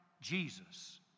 Jesus